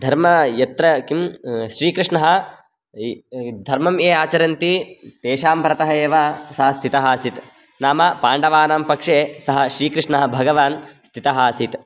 धर्मः यत्र किं श्रीकृष्णः धर्मं ये आचरन्ति तेषां परतः एव सः स्थितः आसीत् नाम पाण्डवानां पक्षे सः श्रीकृष्णः भगवान् स्थितः आसीत्